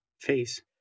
face